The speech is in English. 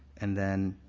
and then